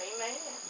Amen